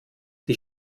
die